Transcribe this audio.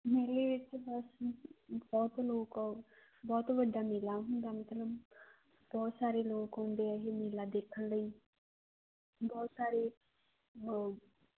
ਮੇਲੇ ਬਹੁਤ ਲੋਕ ਬਹੁਤ ਵੱਡਾ ਮੇਲਾ ਹੁੰਦਾ ਮਤਲਬ ਬਹੁਤ ਸਾਰੇ ਲੋਕ ਹੁੰਦੇ ਆ ਹੀ ਮੇਲਾ ਦੇਖਣ ਲਈ ਬਹੁਤ ਸਾਰੇ